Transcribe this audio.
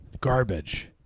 garbage